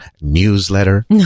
newsletter